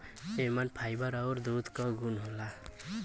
एमन फाइबर आउर दूध क गुन होला